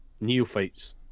neophytes